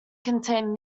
contained